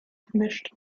gemischt